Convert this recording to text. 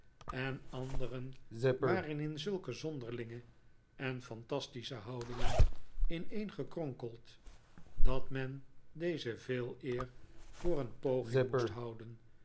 en anderen waren in zulke zohderlinge en fantastische houdingenineen gekronkeld dat men deze veeleer voor een poging moest houden